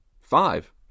five